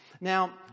Now